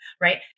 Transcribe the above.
right